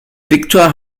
victor